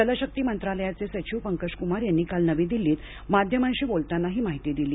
जलशक्ती मंत्रालयाचे सचिव पंकजक्मार यांनी काल नवी दिल्लीत माध्यमांशी बोलताना ही माहिती दिली